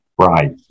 Right